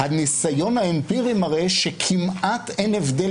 הניסיון האמפירי מראה שכמעט אין הבדל